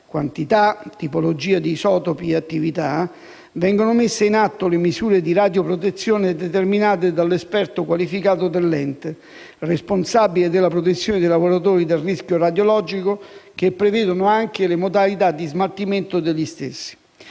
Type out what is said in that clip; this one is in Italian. (quantità, tipologia di isotopi e attività), vengono messe in atto le misure di radioprotezione determinate dall'esperto qualificato dell'ente (responsabile della protezione dei lavoratori dal rischio radiologico), che prevedono anche le modalità di smaltimento degli stessi.